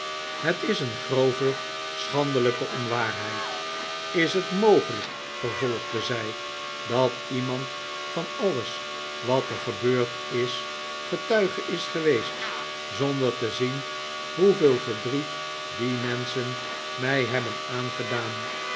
het is een grove schandelijke onwaarheid is het mogelijk vervolgde zij dat iemand van alles wat er gebeurd is getuige is geweest zonder te zien hoeveel verdriet die menschen mij hebben aangedaan